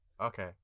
okay